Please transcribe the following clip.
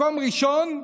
מקום ראשון,